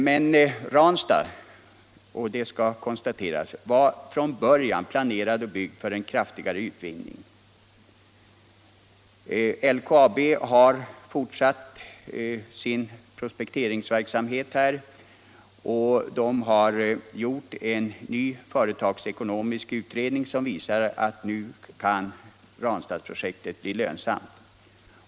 Men Ranstad var — det skall konstateras — från början planerat och byggt för en kraftigare utvinning. LKAB har fortsatt sin prospekteringsverksamhet och gjort en ny företagsekonomisk utredning, som visar att nu kan Ranstadsprojektet bli lönsamt.